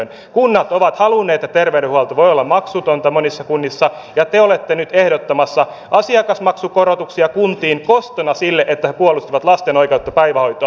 monet kunnat ovat halunneet että terveydenhuolto voi olla maksutonta ja te olette nyt ehdottamassa asiakasmaksukorotuksia kuntiin kostona sille että he puolustivat lasten oikeutta päivähoitoon